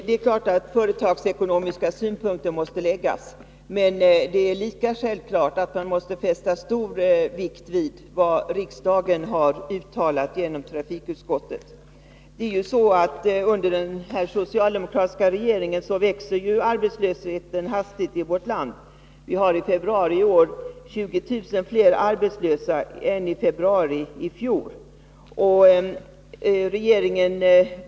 Det är klart att företagsekonomiska synpunkter måste anläggas, men det är lika självklart att man måste fästa stor vikt vid vad riksdagen har uttalat med anledning av trafikutskottets betänkande. Under den nuvarande socialdemokratiska regeringen växer arbetslösheteni vårt land hastigt. Vi hade i februari i år 20 000 fler arbetslösa än i februari ifjol.